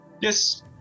Yes